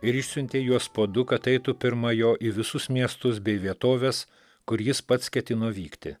ir išsiuntė juos po du kad eitų pirma jo į visus miestus bei vietoves kur jis pats ketino vykti